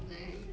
like